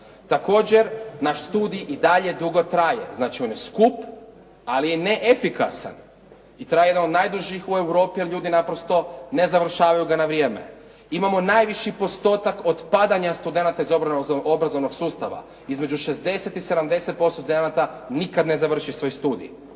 Također, naš studij i dalje dugo traje. Znači on je skup, ali neefikasan i traje jedan od najdužih u Europi jer ljudi naprosto ne završavaju ga na vrijeme. Imamo najviši postotak otpadanja studenata iz obrazovnog sustava, između 60 i 70% studenata nikad ne završi svoj studij.